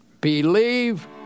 believe